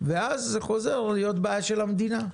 ואז זה חוזר להיות בעיה של המדינה,